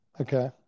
Okay